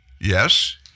Yes